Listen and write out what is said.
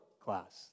class